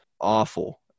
awful